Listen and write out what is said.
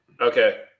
Okay